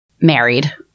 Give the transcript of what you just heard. Married